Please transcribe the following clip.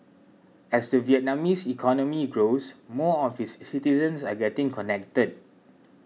as the Vietnamese economy grows more of its citizens are getting connected